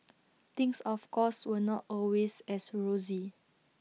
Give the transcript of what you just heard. things of course were not always as rosy